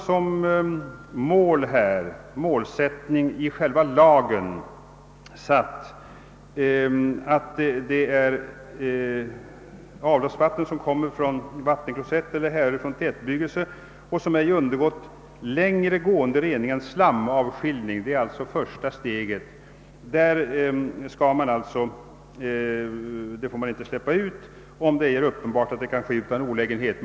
Som målsättning i lagen har nu uppställts att »avloppsvatten som kommer från vattenklosett eller härrör från tätbebyggelse och som ej undergått längre gående rening än slamavskiljning», alltså första steget, icke får utsläppas i vattendrag, sjö eller annat vattenområde, »om det ej är uppenbart att det kan ske utan olägenhet».